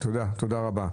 תודה רבה.